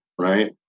right